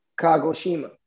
Kagoshima